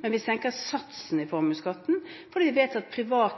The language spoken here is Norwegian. men vi senker satsene i formuesskatten, fordi vi vet at